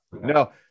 No